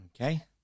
Okay